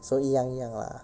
so 一样一样 lah